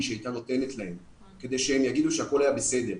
שהיא הייתה נותנת להם כדי שהם יגידו שהכול היה בסדר.